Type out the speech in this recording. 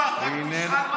אורבך, רק תבחר מה אתה רוצה.